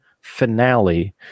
finale